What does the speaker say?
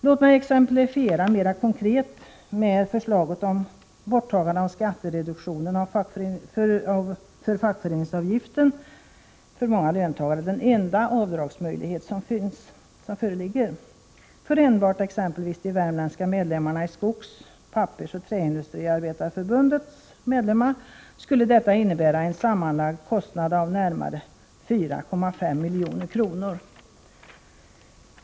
Låt mig med förslaget om borttagande av skattereduktionen för fackföreningsavgifter exemplifiera detta mera konkret. För många löntagare är detta den enda avdragsmöjlighet som föreligger. För enbart exempelvis de värmländska medlemmarna i Skogs-, Pappersresp. Träindustriarbetareförbundet skulle detta innebära en sammanlagd kostnad av närmare 4,5 milj.kr.